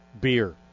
beer